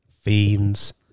Fiends